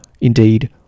Indeed